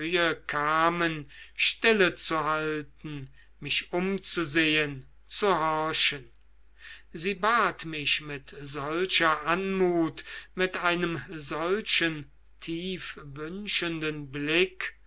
kamen stillezuhalten mich umzusehen zu horchen sie bat mich mit solcher anmut mit einem solchen tief wünschenden blick